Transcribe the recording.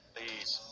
Please